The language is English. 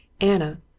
Anna